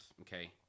okay